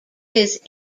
his